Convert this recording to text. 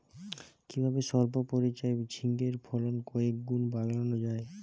কিভাবে সল্প পরিচর্যায় ঝিঙ্গের ফলন কয়েক গুণ বাড়ানো যায়?